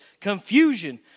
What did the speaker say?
Confusion